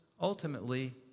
ultimately